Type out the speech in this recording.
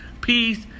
peace